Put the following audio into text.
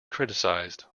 criticised